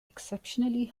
exceptionally